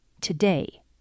Today